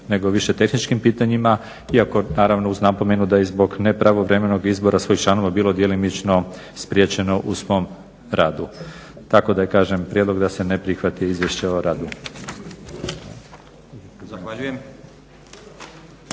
nego više tehničkim pitanjima, iako naravno uz napomenu, da je zbog nepravovremenog izbora svih članova bilo djelomično spriječeno u svom radu. Tako da kažem da je prijedlog da se ne prihvati Izvješće o radu. **Stazić,